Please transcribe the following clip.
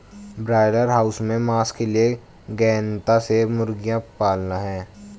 broiler house में मांस के लिए गहनता से मुर्गियां पालना है